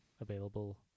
available